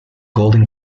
golden